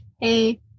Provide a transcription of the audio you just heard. Hey